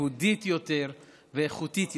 יהודית יותר ואיכותית יותר.